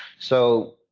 so,